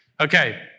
Okay